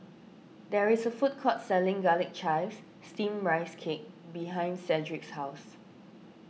there is a food court selling Garlic Chives Steamed Rice Cake behind Cedric's house